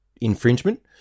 infringement